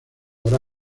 habrá